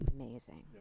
amazing